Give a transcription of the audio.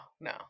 no